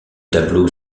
tableau